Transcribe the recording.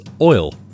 oil